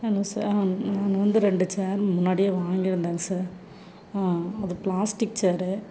hello sir நான் வந்து ரெண்டு சேர் முன்னாடியே வாங்கியிருந்தேன் சார் ஆ அது ப்ளாஸ்டிக் சேரு